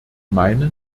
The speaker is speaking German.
meine